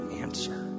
answer